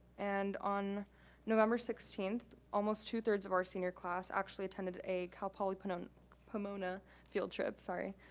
and on november sixteenth almost two three of our senior class actually attended a cal poly pomona pomona field trip, sorry.